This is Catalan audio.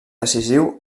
decisiu